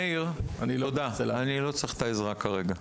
מאיר, תודה, אני לא צריך את העזרה כרגע.